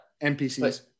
NPCs